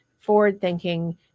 forward-thinking